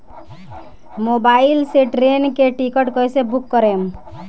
Mobile से train के ticket कैसे बूक करेम?